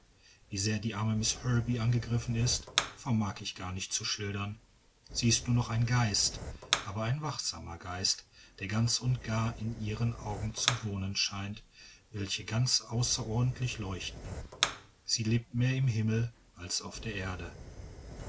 wie sehr die arme miß herbey angegriffen ist vermag ich gar nicht zu schildern sie ist nur noch ein geist aber ein wachsamer geist der ganz und gar in ihren augen zu wohnen scheint welche ganz außerordentlich leuchten sie lebt mehr im himmel als auf der erde